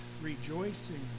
rejoicing